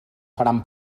seran